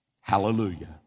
Hallelujah